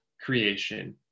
creation